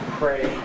pray